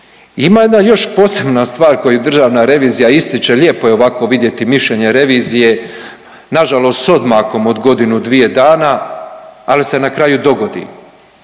Ima jedna još posebna stvar koju Državna revizija ističe, lijepo je ovako vidjeti mišljenje revizije nažalost s odmakom od godinu, dvije dana, ali se na kraju dogodi.